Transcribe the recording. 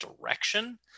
direction